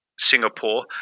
Singapore